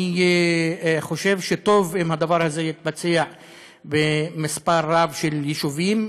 אני חושב שטוב אם הדבר הזה יתבצע במספר רב של יישובים,